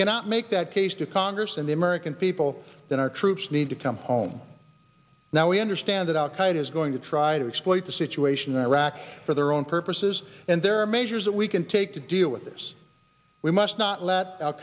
cannot make that case to congress and the american people that our troops need to come home now we understand that al qaeda is going to try to exploit the situation in iraq for their own purposes and there are measures that we can take to deal with this we must not let al